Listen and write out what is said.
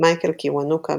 מייקל קיוונוקה,